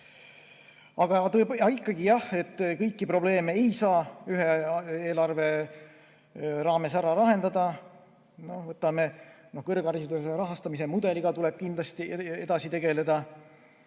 Aga ikkagi jah, kõiki probleeme ei saa ühe eelarve raames ära lahendada. Kõrghariduse rahastamise mudeliga tuleb kindlasti edasi tegeleda.